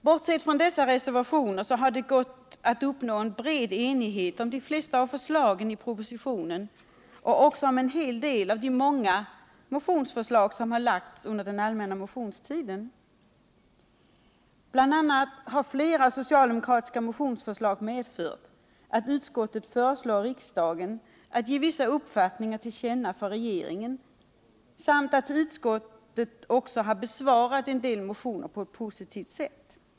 Bortsett från dessa reservationer har det gått att uppnå bred enighet om de festa av förslagen i propositionen och också om en hel del av de många motionsförslag som framlagts under den allmänna motionstiden. Bl. a. har flera socialdemokratiska motionsförslag medfört att utskottet föreslår riksdagen att ge vissa uppfattningar till känna för regeringen. Utskottet har också besvarat en del motioner på ett positivt sätt.